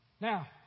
Now